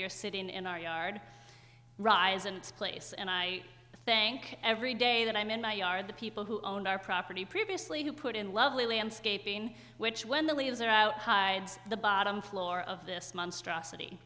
you're sitting in our yard rise and place and i think every day that i'm in my yard the people who owned our property previously who put in lovely landscaping which when the leaves are out hides the bottom floor of this monstrosity